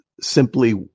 simply